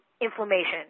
inflammation